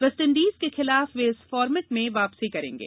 West Indies के खिलाफ वे इस फारमेट में वापसी करेंगे